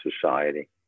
society